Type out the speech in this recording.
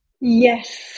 Yes